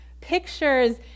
pictures